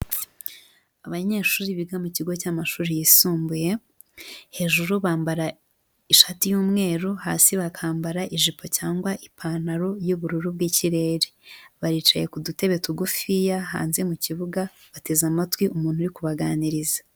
Abanyeshuri biga mu kigo cy'amashuri yisumbuye, hejuru bambara ishati y'umweru, hasi bakambara ijipo cyangwa ipantaro y'ubururu bw'ikirere, baricaye ku dutebe tugufiya hanze mu kibuga bateze amatwi umuntu uri kubaganiriza.